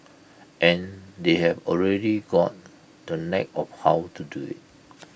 and they've already got the knack of how to do IT